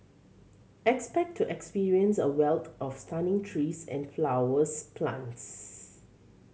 expect to experience a wealth of stunning trees and flowers plants